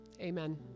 Amen